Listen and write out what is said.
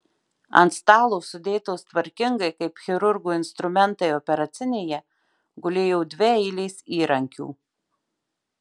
ant stalo sudėtos tvarkingai kaip chirurgo instrumentai operacinėje gulėjo dvi eilės įrankių